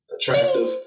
attractive